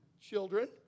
children